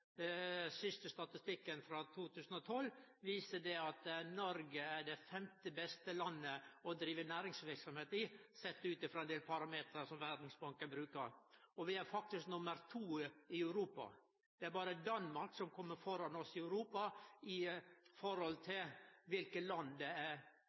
siste statistikken frå 2012 viser at Noreg er det femte beste landet å drive næringsverksemd i, ut frå dei parametrane som Verdsbanken brukar. Vi er faktisk nr. 2 i Europa. Det er berre Danmark som kjem framfor oss i Europa når det gjeld land det er